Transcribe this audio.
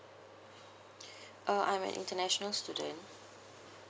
uh I'm an international student